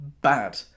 bad